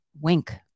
Wink